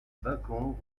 bacon